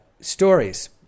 stories